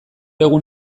egun